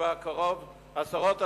כבר קרוב לעשרות,